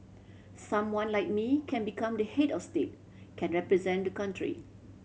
someone like me can become the head of state can represent the country